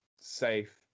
safe